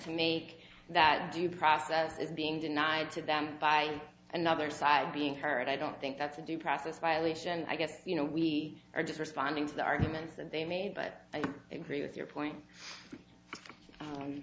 make that due process is being denied to them by another side being heard i don't think that's a due process violation i guess you know we are just responding to the arguments that they made but i do agree with your point